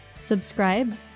Subscribe